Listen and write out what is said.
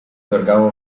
drgało